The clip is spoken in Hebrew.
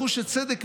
בחוש הצדק,